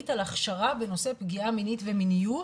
על הכשרה בנושא פגיעה מינית ומיניות.